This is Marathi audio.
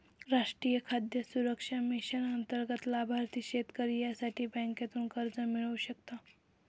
राष्ट्रीय खाद्य सुरक्षा मिशन अंतर्गत लाभार्थी शेतकरी यासाठी बँकेतून कर्ज मिळवू शकता